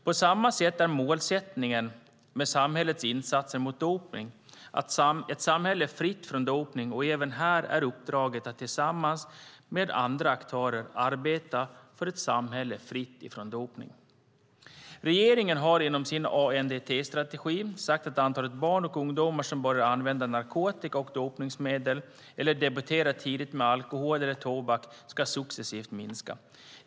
På samma sätt är målsättningen med samhällets insatser mot dopning ett samhälle fritt från dopning, och även här är uppdraget att tillsammans med andra aktörer arbeta för ett samhälle fritt från dopning. Regeringen har inom sin ANDT-strategi sagt att antalet barn och ungdomar som börjar använda narkotika och dopningsmedel eller debuterar tidigt med alkohol eller tobak ska successivt minska.